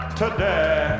today